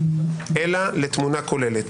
אלא לתמונה כוללת,